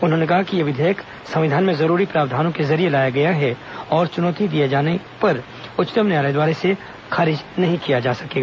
उन्होंने कहा कि यह विधेयक संविधान में जरूरी प्रावधानों के जरिये लाया गया है और चुनौती दिये जाने पर उच्चतम न्यायालय इसे खारिज नहीं करेगा